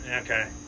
okay